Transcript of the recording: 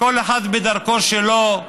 כל אחד בדרכו שלו,